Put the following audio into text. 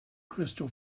crystal